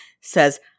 says